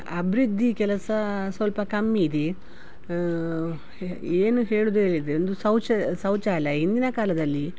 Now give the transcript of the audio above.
ಅಭಿವೃದ್ಧಿ ಕೆಲಸ ಸ್ವಲ್ಪ ಕಮ್ಮಿ ಇದೆ ಏನು ಹೇಳೋದ್ ಹೇಳಿದ್ರೆ ಒಂದು ಶೌಚ ಶೌಚಾಲಯ ಹಿಂದಿನ ಕಾಲದಲ್ಲಿ